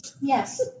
Yes